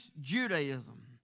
Judaism